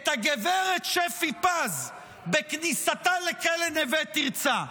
את הגברת שפי פז בכניסתה לכלא נווה תרצה.